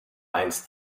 einst